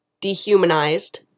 dehumanized